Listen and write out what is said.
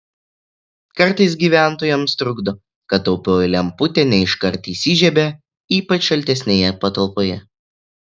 kartais gyventojams trukdo kad taupioji lemputė ne iškart įsižiebia ypač šaltesnėje patalpoje